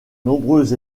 nombreux